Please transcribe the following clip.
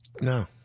No